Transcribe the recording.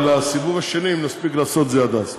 לסיבוב השני, אם נספיק לעשות את זה עד אז.